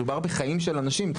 מדובר בחיים של אנשים.